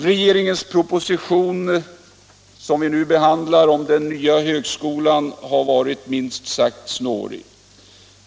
Regeringens proposition om den nya högskolan är minst sagt snårig.